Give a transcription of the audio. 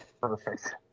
Perfect